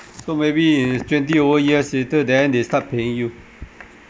so maybe twenty over years later then they start paying you